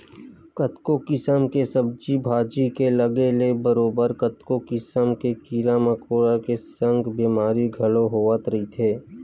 कतको किसम के सब्जी भाजी के लगे ले बरोबर कतको किसम के कीरा मकोरा के संग बेमारी घलो होवत रहिथे